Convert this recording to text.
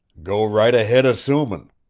go right ahead assumin'.